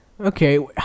Okay